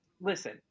listen